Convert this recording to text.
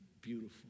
beautiful